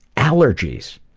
allergies!